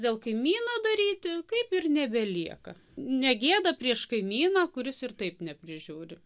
dėl kaimyno daryti kaip ir nebelieka negėda prieš kaimyną kuris ir taip neprižiūri